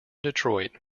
detroit